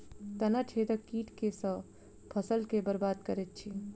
तना छेदक कीट केँ सँ फसल केँ बरबाद करैत अछि?